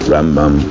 Rambam